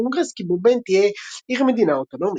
הקונגרס כי בומביי תהיה עיר-מדינה אוטונומית.